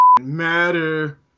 matter